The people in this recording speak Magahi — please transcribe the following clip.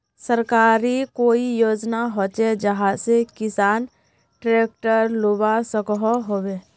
सरकारी कोई योजना होचे जहा से किसान ट्रैक्टर लुबा सकोहो होबे?